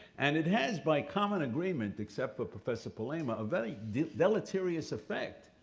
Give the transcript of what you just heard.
and it has by common agreement, except for professor palaima, a very deleterious effect.